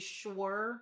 sure